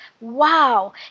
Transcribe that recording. wow